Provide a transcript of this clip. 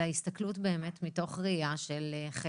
אלא הסתכלות באמת מתוך ראייה של חסד,